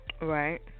Right